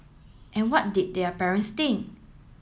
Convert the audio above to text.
and what did their parents think